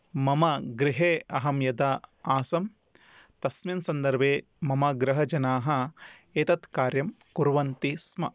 मम गृहे अहं यदा आसं तस्मिन् सन्दर्भे मम गृहजनाः एतत् कार्यं कुर्वन्ति स्म